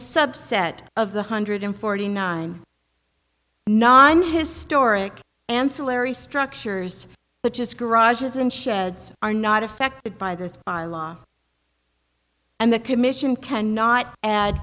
subset of the hundred and forty nine non historic ancillary structures that just garages and sheds are not affected by this bylaw and the commission cannot ad